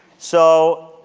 so,